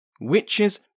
...witches